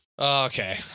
Okay